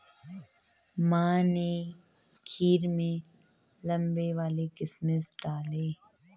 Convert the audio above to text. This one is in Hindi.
माँ ने खीर में लंबे वाले किशमिश डाले